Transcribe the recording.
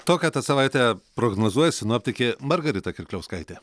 tokią tad savaitę prognozuoja sinoptikė margarita kirkliauskaitė